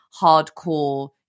hardcore